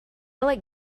like